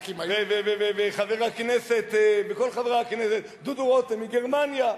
וחבר הכנסת דודו רותם מגרמניה,